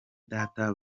data